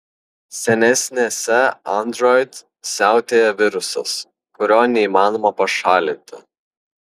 senesnėse android siautėja virusas kurio neįmanoma pašalinti